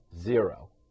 zero